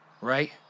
Right